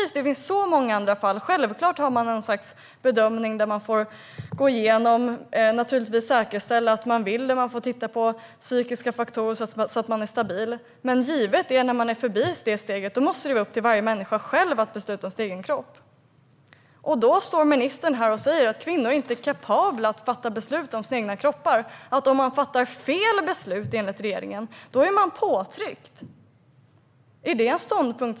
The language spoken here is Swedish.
Självklart gör man en bedömning där det säkerställs att kvinnan vill detta och tittar på psykiska faktorer så att man vet att kvinnan är stabil. Men efter det måste det vara upp till varje människa själv att besluta om sin egen kropp. Men ministern säger att kvinnor inte är kapabla att fatta beslut om sin egen kropp och att om de fattar fel beslut, enligt regeringen, är de utsatta för påtryckning.